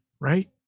right